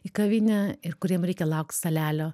į kavinę ir kuriem reikia laukt stalelio